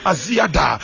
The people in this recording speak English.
Aziada